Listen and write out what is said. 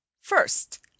First